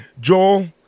Joel